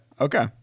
okay